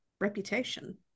reputation